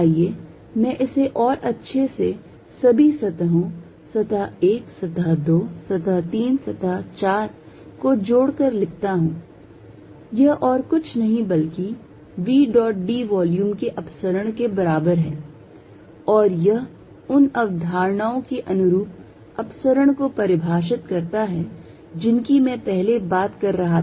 आइए मैं इसे और अच्छे से सभी सतहों सतह 1 सतह 2 सतह 3 सतह 4 को जोड कर लिखता हूं यह और कुछ नहीं बल्कि v dot d volume के अपसरण के बराबर है और यह उन अवधारणाओं के अनुरूप अपसरण को परिभाषित करता है जिनकी मैं पहले बात कर रहा था